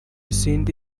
sindi